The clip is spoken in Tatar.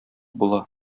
була